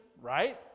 right